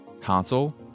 console